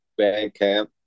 Bandcamp